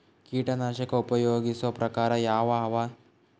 ಕೀಟನಾಶಕ ಉಪಯೋಗಿಸೊ ಪ್ರಕಾರ ಯಾವ ಅವ?